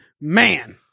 man